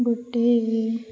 ଗୋଟେ